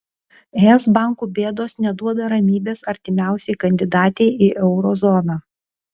es bankų bėdos neduoda ramybės artimiausiai kandidatei į euro zoną